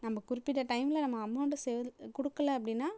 நம்ம குறிப்பிட்ட டைம்ல நம்ம அமௌண்ட்டை செலவ் கொடுக்கல அப்படின்னா